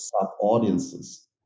sub-audiences